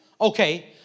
Okay